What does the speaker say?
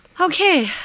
Okay